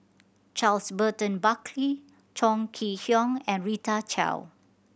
Charles Burton Buckley Chong Kee Hiong and Rita Chao